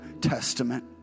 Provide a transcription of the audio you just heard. Testament